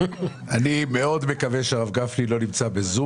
אני חושב שבצלאל צודק בשני היבטים ואני רוצה להתייחס לתשובתך.